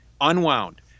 unwound